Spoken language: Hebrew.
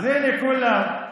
אז הינה, כולם.